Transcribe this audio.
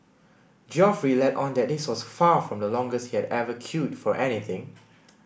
Geoffrey let on that this was far from the longest he had ever queued for anything